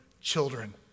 children